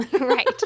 Right